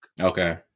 Okay